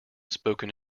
spoken